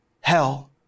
hell